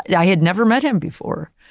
i had never met him before.